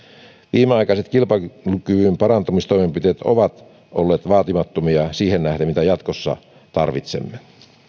viimeaikaiset kilpailukyvyn parantamistoimenpiteet ovat olleet vaatimattomia siihen nähden mitä jatkossa tarvitsemme